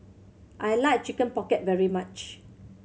I like Chicken Pocket very much